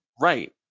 Right